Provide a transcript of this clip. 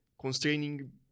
constraining